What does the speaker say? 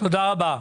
תודה רבה.